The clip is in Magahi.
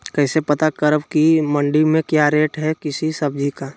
कैसे पता करब की मंडी में क्या रेट है किसी सब्जी का?